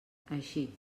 així